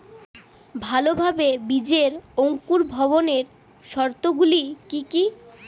ভালোভাবে বীজের অঙ্কুর ভবনের শর্ত গুলি কি কি?